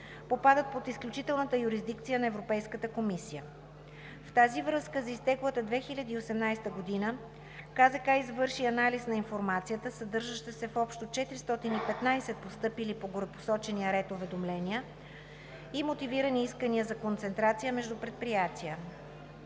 попадат под изключителната юрисдикция на Европейската комисия. В тази връзка за изтеклата 2018 г. КЗК извърши анализ на информацията, съдържаща се в общо 415 постъпили по горепосочения ред уведомления и мотивирани искания за концентрация между предприятия.